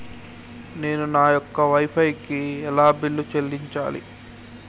నేను నా యొక్క వై ఫై కి ఎలా బిల్లు చెల్లించాలి?